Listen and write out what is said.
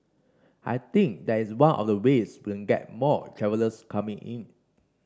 I think that is one of the ways we can get more travellers coming in